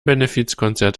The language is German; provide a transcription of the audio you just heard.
benefizkonzert